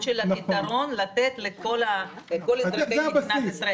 של הפתרון לתת לכל אזרחי מדינת ישראל.